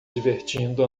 divertindo